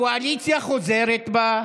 הקואליציה חוזרת בה.